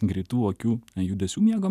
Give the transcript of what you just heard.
greitų akių judesių miego